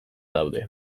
daude